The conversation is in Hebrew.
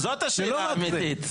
זאת השאלה האמיתית.